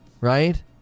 right